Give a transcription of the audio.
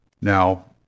Now